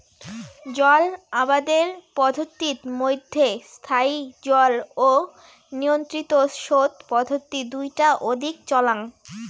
জল আবাদের পদ্ধতিত মইধ্যে স্থায়ী জল ও নিয়ন্ত্রিত সোত পদ্ধতি দুইটা অধিক চলাং